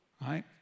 right